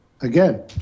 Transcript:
again